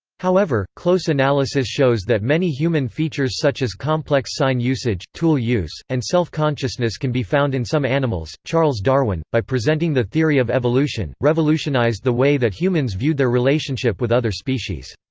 however, close analysis shows that many human features such as complex sign usage, tool use, and self-consciousness can be found in some animals charles darwin, by presenting the theory of evolution, revolutionized the way that humans viewed their relationship with other species.